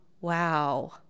Wow